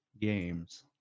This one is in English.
games